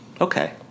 Okay